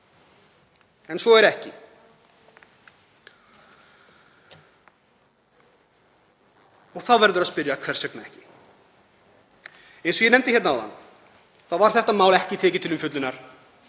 En svo er ekki og þá verður að spyrja: Hvers vegna ekki? Eins og ég nefndi áðan var þetta mál ekki tekið til umfjöllunar